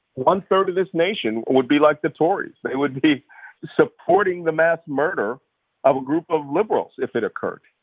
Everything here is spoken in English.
one third of this nation would be like the tories. they would be supporting the mass murder of a group of liberals if it occurred,